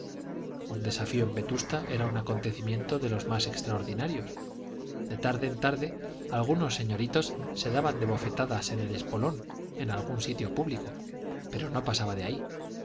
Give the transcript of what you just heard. un desafío en vetusta era un acontecimiento de los más extraordinarios de tarde en tarde algunos señoritos se daban de bofetadas en el espolón en algún sitio público pero no pasaba de ahí